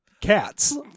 cats